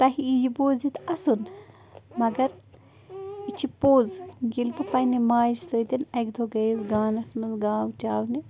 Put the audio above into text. تۄہہِ یی یہِ بوٗزِتھ اَسُن مگر یہِ چھِ پوٚز ییٚلہِ بہٕ پنٛنہِ ماجہٕ سۭتۍ اَکہِ دۄہ گٔیَس گانَس منٛز گاو چاونہِ